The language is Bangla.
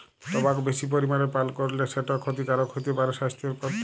টবাক বেশি পরিমালে পাল করলে সেট খ্যতিকারক হ্যতে পারে স্বাইসথের পরতি